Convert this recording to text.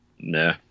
Nah